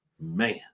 Man